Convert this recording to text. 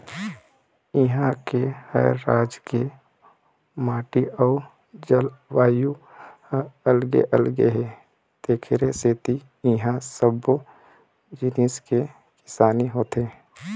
इहां के हर राज के माटी अउ जलवायु ह अलगे अलगे हे तेखरे सेती इहां सब्बो जिनिस के किसानी होथे